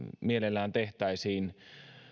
mielellään tehtäisiin